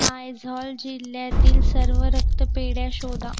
आयझॉल जिल्ह्यातील सर्व रक्तपेढ्या शोधा